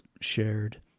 shared